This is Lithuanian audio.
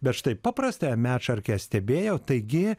bet štai paprastąją medšarkę stebėjau taigi